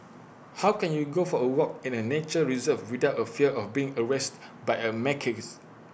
how can you go for A walk in A nature reserve without A fear of being harassed by A macaques